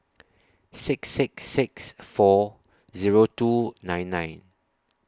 six six six four Zero two nine nine